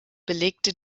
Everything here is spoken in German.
belegte